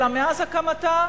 אלא מאז הקמתה,